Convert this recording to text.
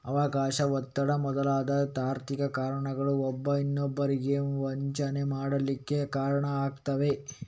ಅವಕಾಶ, ಒತ್ತಡ ಮೊದಲಾದ ತಾರ್ಕಿಕ ಕಾರಣಗಳು ಒಬ್ಬ ಇನ್ನೊಬ್ಬರಿಗೆ ವಂಚನೆ ಮಾಡ್ಲಿಕ್ಕೆ ಕಾರಣ ಆಗ್ತವೆ